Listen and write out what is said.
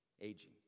aging